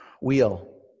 Wheel